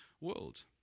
world